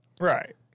right